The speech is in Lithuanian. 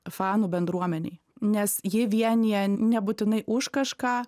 fanų bendruomenei nes ji vienija nebūtinai už kažką